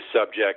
subject